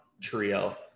trio